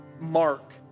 Mark